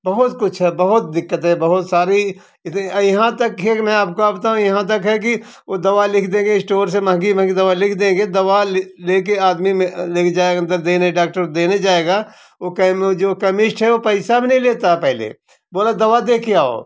बहुत कुछ है बहुत दिक्कत है बहुत सारी इतनी यहाँ तक है मैं आपको क्या बताऊँ यहाँ तक है कि वो दावा लिख देंगे स्टोर से महंगी महंगी दवा लिख देंगे दवा ले ले कर आदमी देने डॉक्टर देने जाएगा ओ कैमि जो कैमिस्ट है वो पैसा भी नहीं लेता है पहले बोला दवा दे के आओ